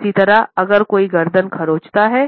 इसी तरह अगर कोई गर्दन खरोंचता है